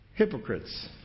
hypocrites